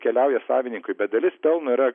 keliauja savininkui bet dalis pelno yra